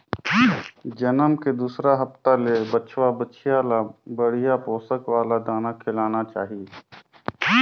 जनम के दूसर हप्ता ले बछवा, बछिया ल बड़िहा पोसक वाला दाना खिलाना चाही